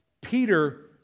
Peter